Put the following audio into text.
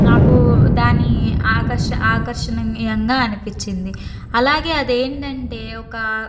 నాకు దాని ఆకర్ష ఆకర్షణీయంగా అనిపించింది అలాగే అదేంటంటే ఒక